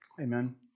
Amen